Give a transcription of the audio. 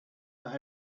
were